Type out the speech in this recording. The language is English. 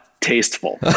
tasteful